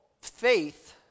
faith